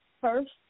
First